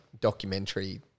documentary